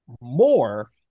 More